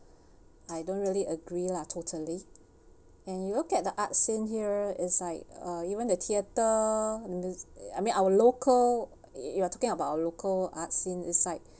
I don't really agree lah totally and you look at the arts scene here is like uh even the theatre I mean our local you are talking about our local art scene is like coming